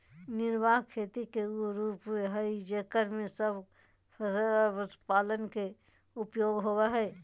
निर्वाह खेती के उ रूप हइ जेकरा में सब फसल और पशुधन के उपयोग होबा हइ